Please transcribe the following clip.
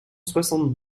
soixante